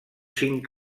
cinc